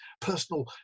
personal